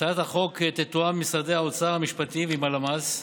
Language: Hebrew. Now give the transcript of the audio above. הצעת החוק תתואם עם משרד האוצר משרד המשפטים ועם הלמ"ס,